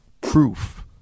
proof